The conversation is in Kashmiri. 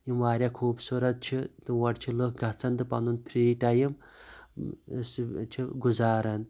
یِم وارِیاہ خوبصورَت چھِ تور چھِ لُکھ گَژھَن تہٕ پَنُن فری ٹایم سۭتۍ چھِ گُزاران